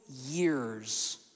years